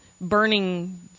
burning